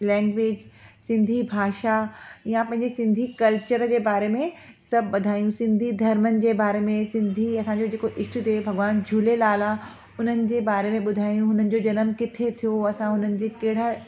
लैगिविच सिंधी भाषा या पंहिंजे सिंधी कल्चर जे बारे में सभु ॿुधायूं सिंधी धर्मनि जे बारे में सिंधी असांजो जेको इष्ट देव जेको भॻवानु झूलेलाल आहे उन्हनि जे बारे में ॿुधायूं उन्हनि जो जनम किथे थियो असां उन्हनि जे कहिड़ा